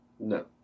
No